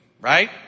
right